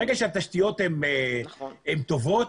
ברגע שהתשתיות הן טובות,